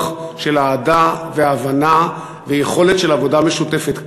של אהדה והבנה ויכולת של עבודה משותפת,